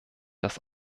das